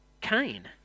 Cain